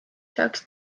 saaks